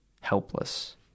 helpless